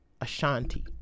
Ashanti